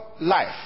life